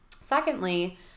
Secondly